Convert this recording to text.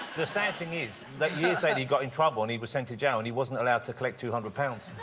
the sad thing is that years later he got in trouble and he was sent to yeah ah and he wasn't allowed to collect two hundred pounds.